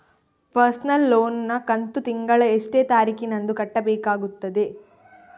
Personal loan ನ ಕಂತು ತಿಂಗಳ ಎಷ್ಟೇ ತಾರೀಕಿನಂದು ಕಟ್ಟಬೇಕಾಗುತ್ತದೆ?